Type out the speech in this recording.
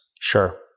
Sure